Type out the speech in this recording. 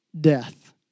death